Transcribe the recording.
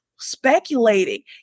speculating